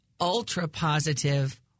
ultra-positive